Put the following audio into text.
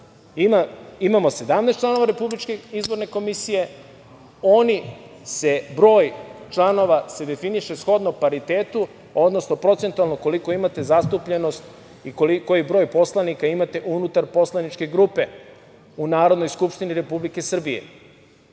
imamo 17 članova RIK, broj članova se definiše shodno paritetu, odnosno procentualno koliko imate zastupljenost i koji broj poslanika imate unutar poslaničke grupe u Narodnoj skupštini Republike Srbije.